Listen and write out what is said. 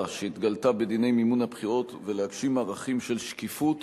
שהתגלתה בדיני מימון הבחירות ולהגשים ערכים של שקיפות